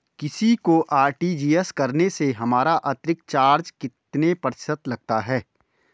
किसी को आर.टी.जी.एस करने से हमारा अतिरिक्त चार्ज कितने प्रतिशत लगता है?